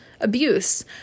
abuse